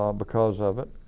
um because of it.